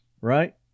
Right